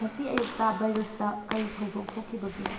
ꯉꯁꯤ ꯑꯌꯨꯛꯇ ꯕꯩꯔꯨꯠꯇ ꯀꯔꯤ ꯊꯧꯗꯣꯛ ꯊꯣꯛꯈꯤꯕꯒꯦ